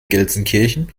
gelsenkirchen